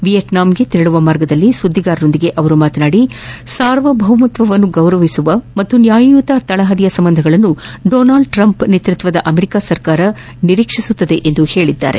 ವಿಯೆಟ್ನಾಂಗೆ ತೆರಳುವ ಮಾರ್ಗದಲ್ಲಿ ಸುದ್ದಿಗಾರರೊಂದಿಗೆ ಮಾತನಾಡಿದ ಅವರು ಸಾರ್ವಭೌಮತ್ವವನ್ನು ಗೌರವಿಸುವ ಮತ್ತು ನ್ಯಾಯಯುತ ತಳಹದಿಯ ಸಂಬಂಧಗಳನ್ನು ಡೊನಾಲ್ಡ್ ಟ್ರಂಪ್ ನೇತೃತ್ವದ ಅಮೆರಿಕಾ ಸರ್ಕಾರ ನಿರೀಕ್ಷಿಸುತ್ತದೆ ಎಂದು ಹೇಳಿದ್ದಾರೆ